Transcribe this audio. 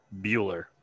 Bueller